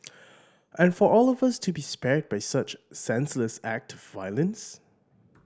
and for all of us to be spared by such senseless act of violence